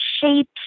shapes